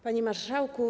Panie Marszałku!